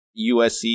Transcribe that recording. USC